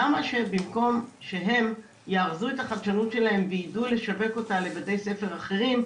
למה שבמקום שהם יארזו את החדשנות שלהם וידעו לשווק אותה לבתי ספר אחרים,